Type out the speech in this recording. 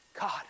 God